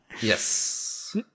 Yes